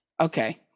Okay